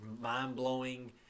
mind-blowing